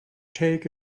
take